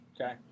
Okay